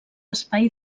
espai